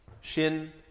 Shin